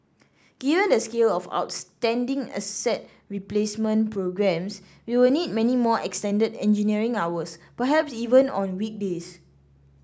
given the scale of outstanding asset replacement programmes we will need many more extended engineering hours perhaps even on weekdays